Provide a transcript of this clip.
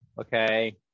okay